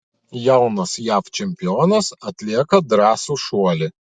jaunas jav čempionas atlieka drąsų šuolį